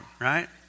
right